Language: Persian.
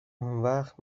اونوقت